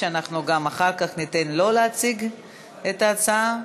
ואחר כך ניתן גם לו להציג את ההצעה.